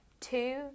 Two